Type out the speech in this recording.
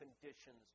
conditions